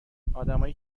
ادمایی